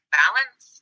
balance